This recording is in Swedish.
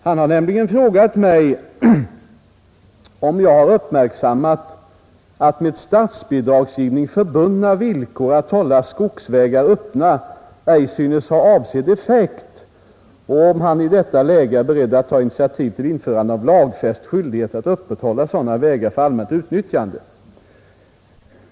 Han har nämligen frågat mig om jag har uppmärksammat att med statsbidragsgivning förbundna villkor att hålla skogsvägar öppna ej synes ha avsedd effekt och om jag i detta läge är beredd att ta initiativ till lagfäst skyldighet att upprätthålla sådana vägar för allmänt utnyttjande.